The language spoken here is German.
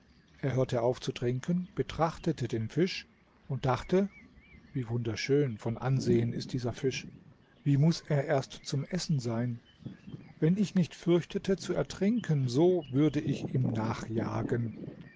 er hörte auf zu trinken betrachtete den fisch und dachte wie wunderschön von ansehen ist dieser fisch wie muß er erst zum essen sein wenn ich nicht fürchtete zu ertrinken so würde ich ihm nachjagen